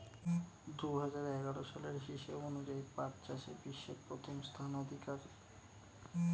দুহাজার এগারো সালের হিসাব অনুযায়ী পাট চাষে বিশ্বে প্রথম স্থানাধিকারী দেশ হল ভারত